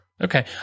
Okay